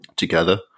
together